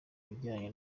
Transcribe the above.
ibijyanye